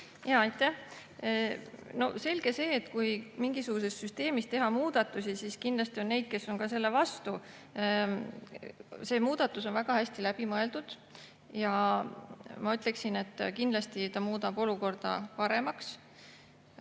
Aitäh! Selge see, et kui mingisuguses süsteemis teha muudatusi, siis kindlasti on neid, kes on selle vastu. See muudatus on väga hästi läbi mõeldud ja ma ütleksin, et kindlasti ta muudab olukorda paremaks.